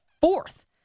fourth